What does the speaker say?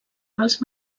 pels